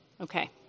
Okay